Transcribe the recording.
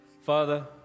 father